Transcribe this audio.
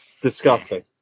disgusting